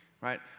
right